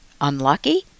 unlucky